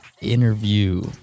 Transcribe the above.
interview